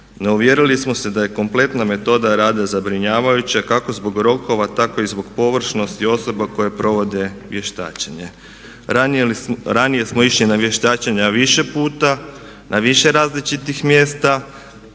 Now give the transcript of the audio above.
uvjerili smo se da je kompletna metoda rada zabrinjavajuća kako zbog rokova tako i zbog površnosti osoba koje provode vještačenje. Ranije smo išli na vještačenja više puta, na više različitih mjesta